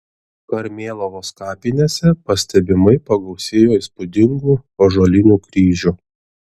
karmėlavos kapinėse pastebimai pagausėjo įspūdingų ąžuolinių kryžių